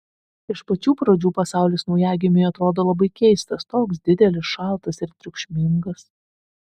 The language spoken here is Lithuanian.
iš pačių pradžių pasaulis naujagimiui atrodo labai keistas toks didelis šaltas ir triukšmingas